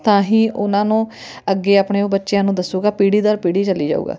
ਤਾਂ ਹੀ ਉਹਨਾਂ ਨੂੰ ਅੱਗੇ ਆਪਣੇ ਉਹ ਬੱਚਿਆਂ ਨੂੰ ਦੱਸੂਗਾ ਪੀੜ੍ਹੀ ਦਰ ਪੀੜ੍ਹੀ ਚੱਲੀ ਜਾਊਗਾ